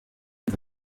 nza